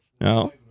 No